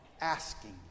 asking